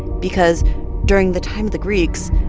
because during the time the greeks,